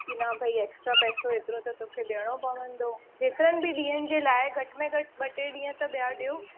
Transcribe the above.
कि न भई एक्स्ट्रा पैसो हेतिरो त तोखे ॾियणो पवंदो जेतिरनि बि ॾींहंनि जे लाइ घटि में घटि ॿ टे ॾींहं त ॿिया ॾियो